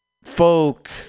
folk